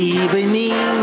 evening